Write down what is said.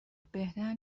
بهتر